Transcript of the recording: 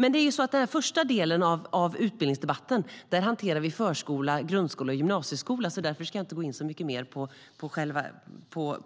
Men i den första delen av utbildningsdebatten hanterar vi förskola, grundskola och gymnasieskola. Därför ska jag inte gå in